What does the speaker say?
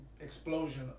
explosion